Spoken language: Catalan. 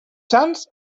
sants